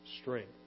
strength